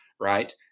right